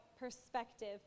perspective